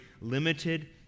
limited